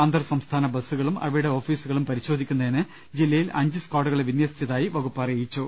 അന്തർസംസ്ഥാന ബസ്സുകളും അവയുടെ ഓഫീസുകളും പരി ശോധിക്കുന്നതിന് ജില്ലയിൽ അഞ്ച് സ്കാഡുകളെ വിന്യസിച്ചതായും വകുപ്പ് അറി യിച്ചു